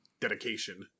dedication